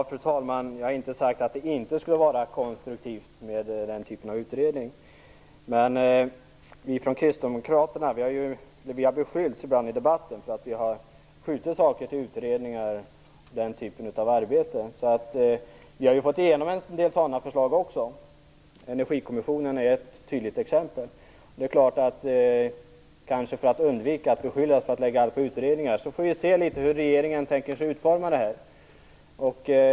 Fru talman! Jag har inte sagt att den typen av utredning inte skulle vara konstruktiv. Men vi från kristdemokraterna har ibland i debatten beskyllts för att ha skjutit frågor till utredningar och den typen av arbete. Vi har fått igenom en del sådana förslag också. Energikommissionen är ett tydligt exempel. Det är klart att vi vill undvika att bli beskyllda för att skjuta allt till utredningar. Vi får se hur regeringen tänker sig utforma detta.